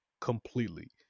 completely